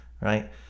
right